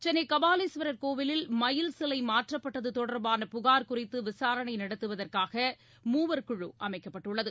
சென்னை கபாலீஸ்வரர் கோவிலில் மயில் சிலை மாற்றப்பட்டது தொடர்பான புனர் குறித்து விசாரணை நடத்துவதற்காக மூவர் குழு அமைக்கப்பட்டுள்ளது